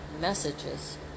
messages